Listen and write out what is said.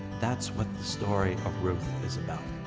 that's what the story of ruth is about.